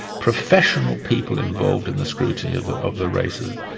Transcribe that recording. professional people involved in the scrutiny of the of the races.